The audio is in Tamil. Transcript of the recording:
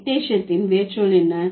டிக்டேசத்தின் வேர்ச்சொல் என்ன